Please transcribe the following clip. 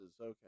Okay